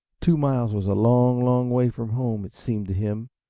two miles was a long, long way from home, it seemed to him.